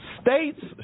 States